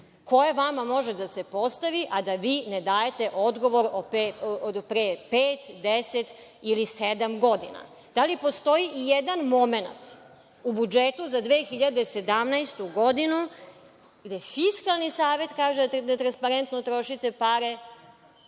koje vama može da se postavi a da vi ne dajete odgovor od pre pet, deset ili sedam godina? Da li postoji ijedan momenat u budžetu za 2017. godinu, gde Fiskalni savet kaže da netransparentno trošite pare,